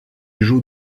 joue